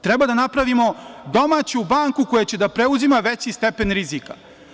Treba da napravimo domaću banku koja će da preuzima veći stepen rizika.